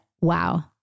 wow